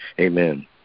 Amen